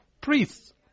priests